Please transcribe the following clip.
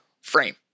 frame